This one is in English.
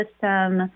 system